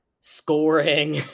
scoring